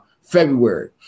February